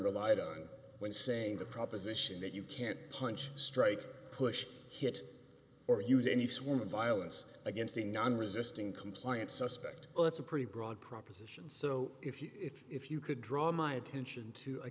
relied on when saying the proposition that you can't punch straight push hit or use any swimming violence against a non resisting compliance suspect that's a pretty broad proposition so if you if you could draw my attention to a